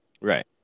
Right